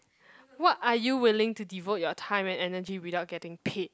what are you willing to devote your time and energy without getting paid